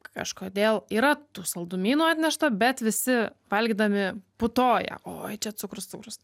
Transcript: kažkodėl yra tų saldumynų atnešta bet visi valgydami putoja oi čia cukrus sūrus